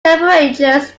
temperatures